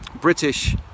British